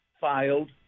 filed